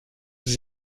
sie